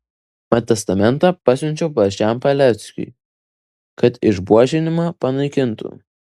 mat testamentą pasiunčiau pačiam paleckiui kad išbuožinimą panaikintų